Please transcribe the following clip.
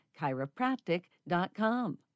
chiropractic.com